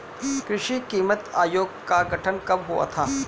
कृषि कीमत आयोग का गठन कब हुआ था?